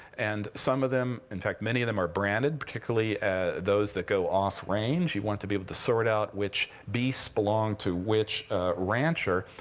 and some of them in fact, many of them are branded, particularly those that go go off-range. you want to be able to sort out which beast belong to which rancher.